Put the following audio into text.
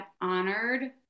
honored